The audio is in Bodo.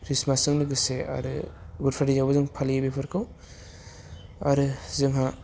ख्रिष्टमासजों लोगोसे आरो गुड फ्राइदेआवबो जों फालियो बेफोरखौ आरो जोंहा